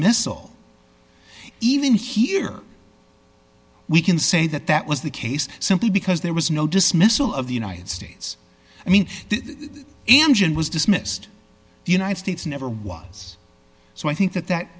dismissal even here we can say that that was the case simply because there was no dismissal of the united states i mean the engine was dismissed the united states never was so i think that that